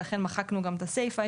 ולכן מחקנו גם את הסיפא.